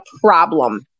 problem